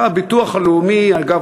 אגב,